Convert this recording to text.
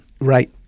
Right